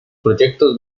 proyectos